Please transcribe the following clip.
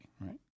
right